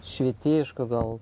švietėjišku gal